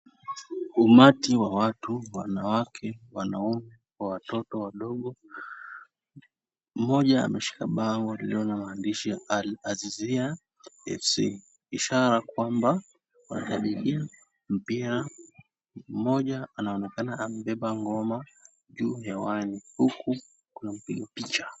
Umati wa watu, wanawake, wanaume kwa watoto wadogo. Mmoja ameshika bango lililo na maandishi ya Al-Azizia FC ishara kwamba wanashangilia mpira, mmoja anaonekana amebeba ngoma juu hewani huku kuna mpiga picha.